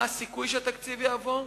מה הסיכוי שהתקציב יעבור?